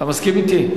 אתה מסכים אתי?